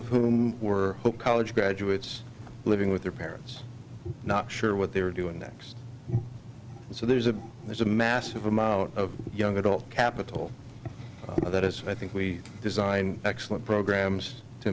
of whom were college graduates living with their parents not sure what they were doing next so there's a there's a massive amount of young adult capital that is i think we design excellent programs to